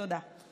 תודה.